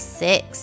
six